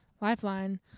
Lifeline